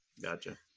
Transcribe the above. Gotcha